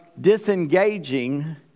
disengaging